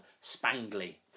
spangly